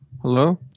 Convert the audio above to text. Hello